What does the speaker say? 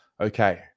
Okay